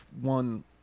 one